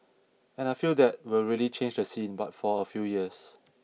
and I feel that will really change the scene but for a few years